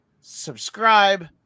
subscribe